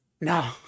No